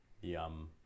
yum